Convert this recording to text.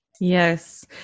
Yes